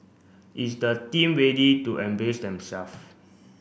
is the team ready to embrace themself